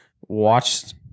watched